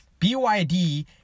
BYD